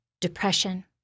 depression